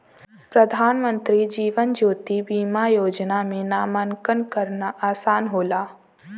प्रधानमंत्री जीवन ज्योति बीमा योजना में नामांकन करना आसान होला